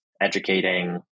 educating